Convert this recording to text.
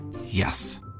Yes